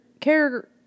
care